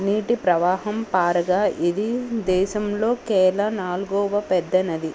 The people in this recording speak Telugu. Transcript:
నీటి ప్రవాహం పారగా ఇది దేశంలోకెల్లా నలుగవ పెద్ద నది